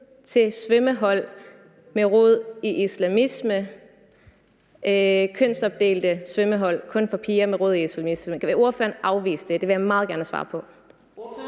til svømmehold med rod i islamisme – kønsopdelte svømmehold kun for piger med rod i islamisme? Vil ordføreren afvise det? Det vil jeg meget gerne have svar på.